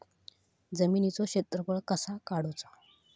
जमिनीचो क्षेत्रफळ कसा काढुचा?